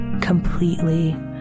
Completely